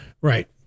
Right